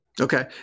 Okay